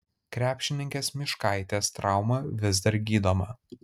krepšininkės myškaitės trauma vis dar gydoma